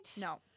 no